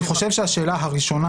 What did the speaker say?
אני חושב שהשאלה הראשונה,